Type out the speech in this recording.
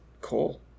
coal